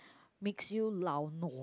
makes you lau nua